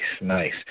nice